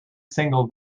single